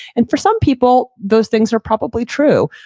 and for some people, those things are probably true.